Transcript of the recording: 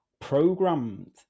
programmed